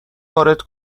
وارد